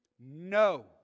No